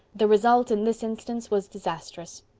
the result in this instance was disastrous.